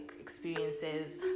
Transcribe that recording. experiences